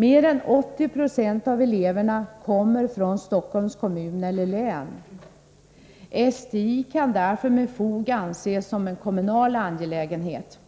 Mer än 80 20 av eleverna kommer från Stockholms kommun eller län. STI kan därför med fog anses som en kommunal angelägenhet.